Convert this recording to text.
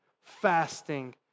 fasting